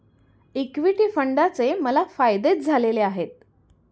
equity फंडाचे मला फायदेच झालेले आहेत